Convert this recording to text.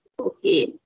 Okay